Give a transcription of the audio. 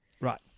right